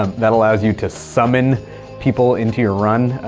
ah that allows you to summon people into your run,